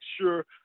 sure